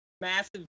massive